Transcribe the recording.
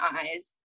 eyes